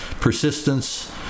persistence